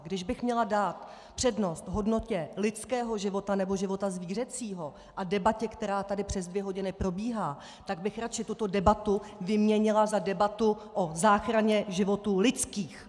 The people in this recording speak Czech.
Kdybych měla dát přednost hodnotě lidského života, nebo života zvířecího a debatě, která tady přes dvě hodiny probíhá, tak bych radši tuto debatu vyměnila za debatu o záchraně životů lidských!